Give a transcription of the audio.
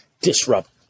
disrupt